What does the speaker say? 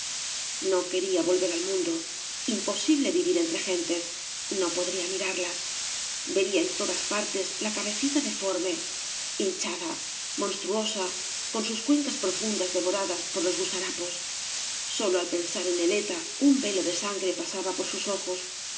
no quería volver al mundo loaposible vivir entre gentes no podría mirarlas vería en todas partes la cabecita deforme hinchada monstruosa con sus cuencas profundas devoradas por los gusa rapos sólo al pensar en neleta un velo de sangre pasaba por sus ojos